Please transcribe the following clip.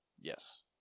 Yes